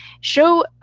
Show